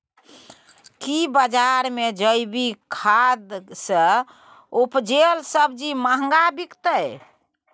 की बजार मे जैविक खाद सॅ उपजेल सब्जी महंगा बिकतै?